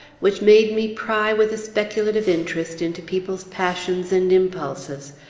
which made me pry with a speculative interest into people's passions and impulses,